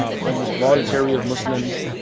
um almost laudatory of muslims